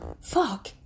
fuck